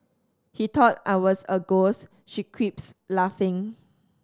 he thought I was a ghost she quips laughing